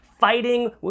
fighting